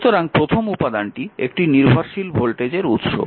সুতরাং প্রথম উপাদানটি একটি নির্ভরশীল ভোল্টেজের উৎস